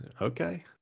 Okay